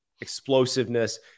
explosiveness